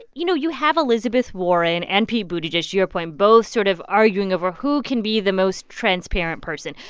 you know, you have elizabeth warren and pete buttigieg, to your point, both sort of arguing over who can be the most transparent person.